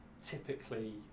typically